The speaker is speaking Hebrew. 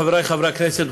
חבריי חברי הכנסת,